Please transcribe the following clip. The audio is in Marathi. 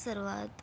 सर्वात